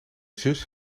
zus